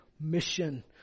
mission